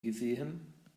gesehen